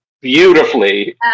beautifully